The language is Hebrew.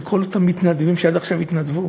לכל אותם מתנדבים שעד עכשיו התנדבו,